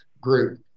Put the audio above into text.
group